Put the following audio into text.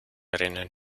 rennen